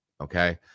okay